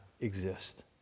exist